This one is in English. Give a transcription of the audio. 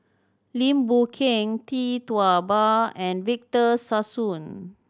Lim Boon Keng Tee Tua Ba and Victor Sassoon